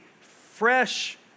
fresh